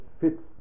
fits